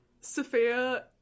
Sophia